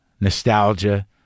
nostalgia